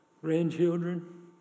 grandchildren